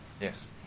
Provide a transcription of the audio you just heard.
Yes